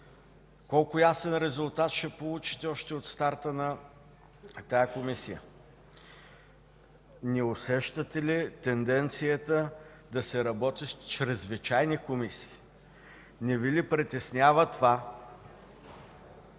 колко ясен резултат ще получите още от старта на тази Комисия? Не усещате ли тенденцията да се работи с чрезвичайни комисии? Не Ви ли притеснява това,